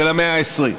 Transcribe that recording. של המאה ה-20.